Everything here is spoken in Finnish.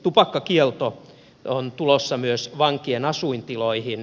tupakkakielto on tulossa myös vankien asuintiloihin